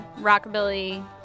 rockabilly